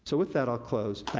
so with that, i'll close.